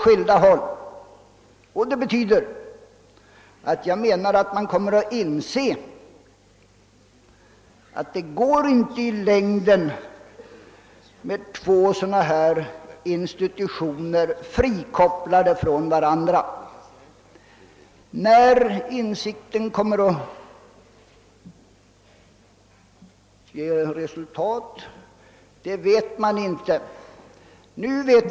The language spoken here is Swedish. Jag tror därför att man kommer att inse att två sådana här institutioner i längden inte kan vara frikopplade från varandra. När insikten därom ger resultat, kan ingen säga.